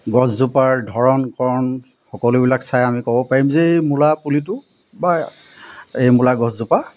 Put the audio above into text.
গছজোপাৰ ধৰণ কৰণ সকলোবিলাক চাই আমি ক'ব পাৰিম যে এই মূলা পুলিটো বা এই মূলা গছজোপা